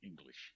English